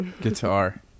Guitar